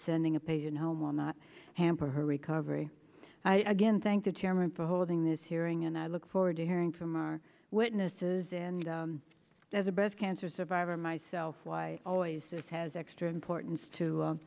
sending a a good home will not hamper her recovery i again thank the chairman for holding this hearing and i look forward to hearing from our witnesses in as a best cancer survivor myself why always this has extra importance to